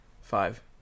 Five